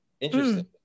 Interesting